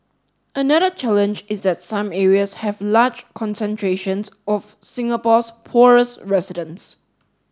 another challenge is that some areas have large concentrations of Singapore's poorest residents